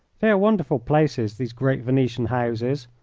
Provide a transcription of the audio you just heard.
they are wonderful places, these great venetian houses,